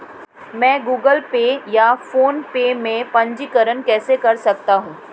मैं Google Pay या PhonePe में पंजीकरण कैसे कर सकता हूँ?